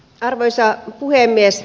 arvoisa puhemies